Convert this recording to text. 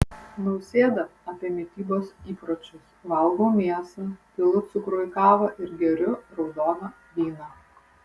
nausėda apie mitybos įpročius valgau mėsą pilu cukrų į kavą ir geriu raudoną vyną